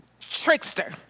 Trickster